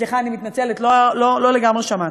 סליחה, אני מתנצלת, לא לגמרי שמעתי.